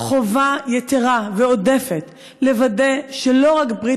חובה יתרה ועודפת לוודא שלא רק ברית